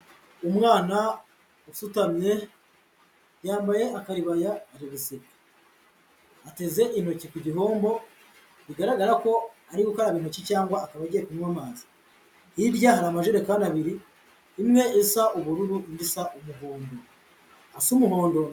Umwana usutamye, yambaye akaribaya ari guseka, ateze ateze intoki ku gihombo bigaragara ko ari gukaraba intoki cyangwa akaba agiye kunywa amazi hirya hari amajerekani abiri, imwe isa ubururu, indi isa umuhondo, asa umuhondo.